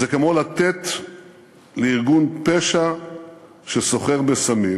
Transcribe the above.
זה כמו לתת לארגון פשע שסוחר בסמים